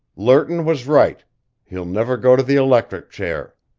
lerton was right he'll never go to the electric chair!